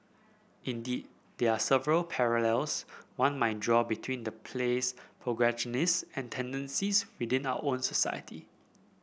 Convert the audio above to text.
indeed there are several parallels one might draw between the play's protagonist and tendencies within our own society